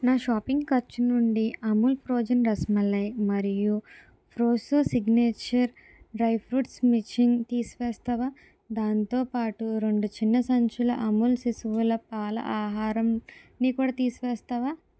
నా షాపింగ్ ఖర్చు నుండి అమూల్ ఫ్రోజన్ రసమలాయ్ మరియు Fresho signature dry fruit mixing తీసేస్తావా దాంతోపాటు రెండు చిన్న సంచులు అమూల్ శిశువుల పాల ఆహరంని కూడా తీసివేస్తావా